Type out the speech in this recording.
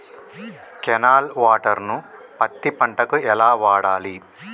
Canal water ను పత్తి పంట కి ఎలా వాడాలి?